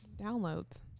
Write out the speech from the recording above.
Downloads